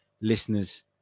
listeners